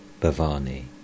Bhavani